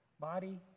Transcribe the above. Body